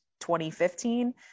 2015